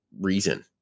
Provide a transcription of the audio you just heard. reason